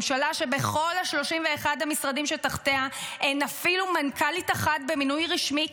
ממשלה שבכל 31 המשרדים שתחתיה אין אפילו מנכ"לית אחת במינוי רשמי קבוע,